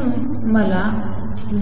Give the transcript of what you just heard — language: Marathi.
म्हणून मला